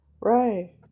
Right